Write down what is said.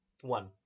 One